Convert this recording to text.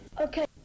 Okay